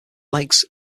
lakes